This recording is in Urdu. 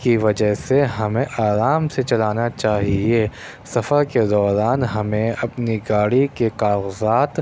کی وجہ سے ہمیں آرام سے چلانا چاہیے سفر کے دوران ہمیں اپنی گاڑی کے کاغذات